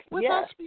yes